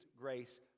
grace